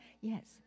Yes